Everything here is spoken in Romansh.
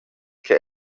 che